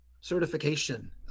certification